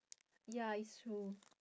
ya it's true